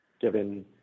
given